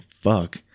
fuck